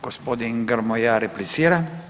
Gospodin Grmoja replicira.